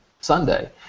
Sunday